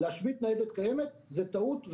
להשבית ניידת קיימת - זו טעות,